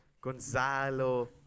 Gonzalo